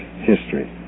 history